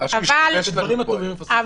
אבל